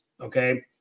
Okay